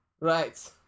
Right